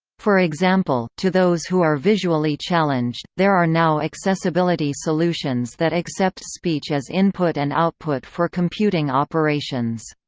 for example, to those who are visually challenged, there are now accessibility solutions that accept speech as input and output for computing operations.